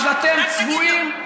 אז אתם צבועים,